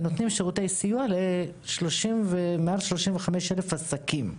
שנותנים שירותי סיוע למעל 35,000 עסקים.